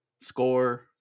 score